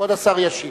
כבוד השר ישיב.